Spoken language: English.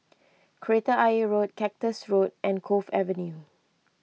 Kreta Ayer Road Cactus Road and Cove Avenue